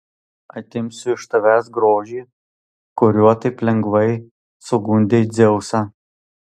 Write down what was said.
atimsiu iš tavęs grožį kuriuo taip lengvai sugundei dzeusą